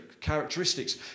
characteristics